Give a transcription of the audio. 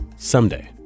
Someday